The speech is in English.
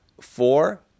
four